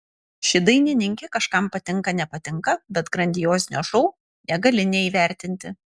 ši dainininkė kažkam patinka nepatinka bet grandiozinio šou negali neįvertinti